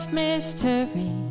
mystery